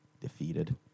defeated